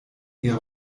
eher